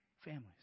families